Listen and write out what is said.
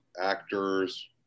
actors